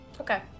Okay